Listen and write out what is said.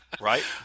Right